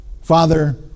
Father